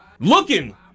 Looking